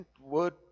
word